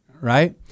right